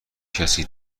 کسی